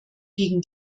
gegen